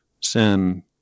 sin